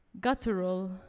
guttural